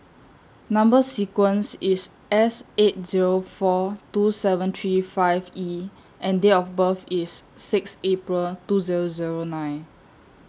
Number sequence IS S eight Zero four two seven three five E and Date of birth IS six April two Zero Zero nine